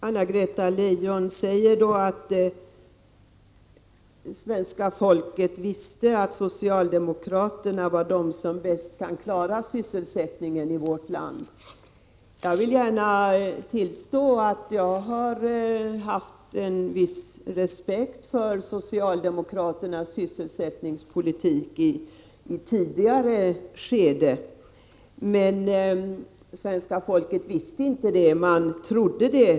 Herr talman! Anna-Greta Leijon säger att svenska folket visste att socialdemokraterna var de som bäst kunde klara sysselsättningen i vårt land. Jag tillstår gärna att jag har haft en viss respekt för socialdemokraternas sysselsättningspolitik i ett tidigare skede, men jag vill inte hålla med om att svenska folket resonerade så.